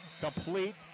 complete